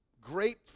great